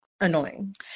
annoying